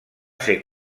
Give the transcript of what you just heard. ser